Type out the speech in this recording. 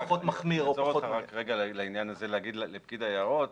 אני אעצור אותך רגע רק כדי לומר לפקיד היערות,